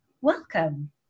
Welcome